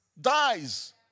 dies